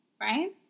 right